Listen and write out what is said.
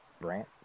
Brant